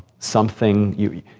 something you,